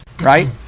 right